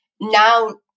now